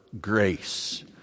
grace